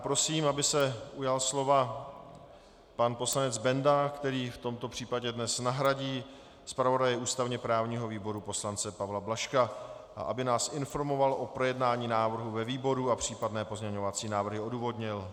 Prosím, aby se slova ujal pan poslanec Benda, který v tomto případě dnes nahradí zpravodaje ústavněprávního výboru poslance Pavla Blažka, a aby nás informoval o projednání návrhu ve výboru a případné pozměňovací návrhy odůvodnil.